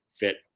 fit